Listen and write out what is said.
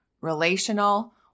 relational